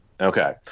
Okay